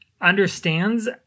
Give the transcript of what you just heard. understands